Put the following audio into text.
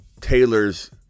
Taylor's